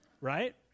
Right